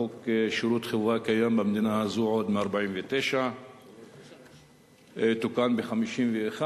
חוק שירות חובה קיים במדינה הזאת עוד מ-1949 ותוקן ב-1951,